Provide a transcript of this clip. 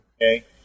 okay